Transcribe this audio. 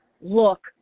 Look